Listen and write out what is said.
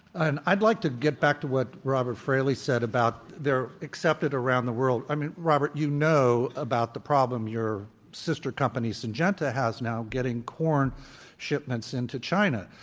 and i'd like to get back to what robert fraley said about they're accepted around the world. i mean, robert, you know about the problems your sister company, syngenta, has now getting corn shipments into china.